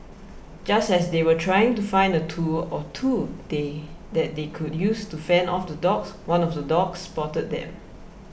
just as they were trying to find a tool or two they that they could use to fend off the dogs one of the dogs spotted them